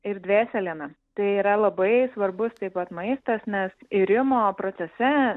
ir dvėseliena tai yra labai svarbus taip pat maistas nes irimo procese